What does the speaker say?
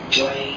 joy